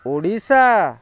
Odisha